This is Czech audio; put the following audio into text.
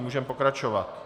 Můžeme pokračovat.